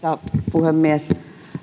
puhemies